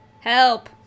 Help